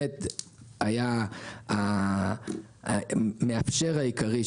היה המאפשר העיקרי,